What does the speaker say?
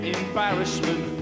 embarrassment